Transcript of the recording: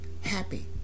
happy